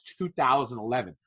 2011